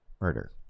murder